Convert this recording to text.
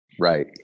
Right